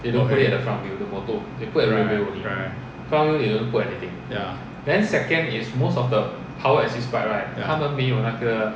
right right ya ya